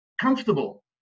comfortable